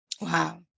Wow